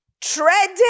Tread